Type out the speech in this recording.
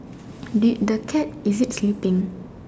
dude the cat is it flipping